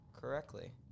correctly